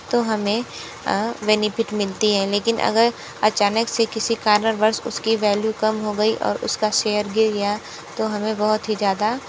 तो हमें बेनिफिट मिलती है लेकिन अगर अचानक से किसी कारांवर्ष उसकी वैल्यू कम हो गई और उसका सेयर गिर गया तो हमें बहुत ही ज़्यादा